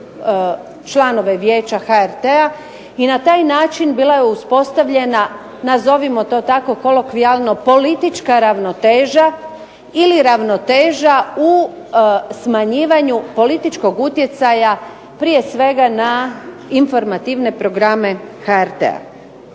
članove Vijeća HRT-a. i na taj način bila je uspostavljena nazovimo tako kolokvijalno politička ravnoteža ili ravnoteža u smanjivanju političkog utjecaja prije svega na informativne programe HRT-a.